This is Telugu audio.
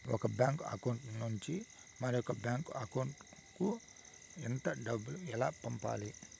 ఒక బ్యాంకు అకౌంట్ నుంచి మరొక బ్యాంకు అకౌంట్ కు ఎంత డబ్బు ఎలా పంపాలి